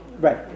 right